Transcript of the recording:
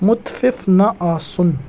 مُتفِف نہٕ آسُن